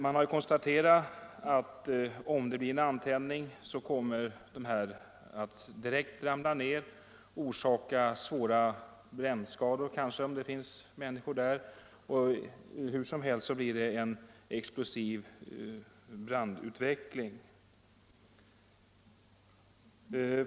Det är konstaterat att om det blir en antändning kommer det här taket direkt att ramla ner och kanske orsaka svåra brännskador, om det finns människor i rummet. Hur som helst blir det en explosiv brandutveckling.